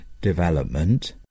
development